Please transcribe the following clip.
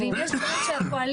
ואם יש בקשות נוספות,